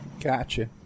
Gotcha